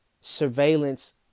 surveillance